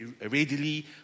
readily